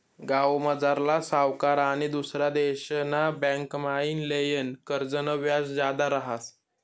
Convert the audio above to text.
गावमझारला सावकार आनी दुसरा देशना बँकमाईन लेयेल कर्जनं व्याज जादा रहास